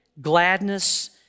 gladness